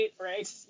right